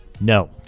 No